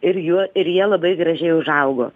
ir juo ir jie labai gražiai užaugo